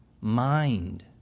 mind